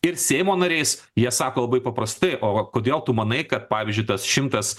ir seimo nariais jie sako labai paprastai o kodėl tu manai kad pavyzdžiui tas šimtas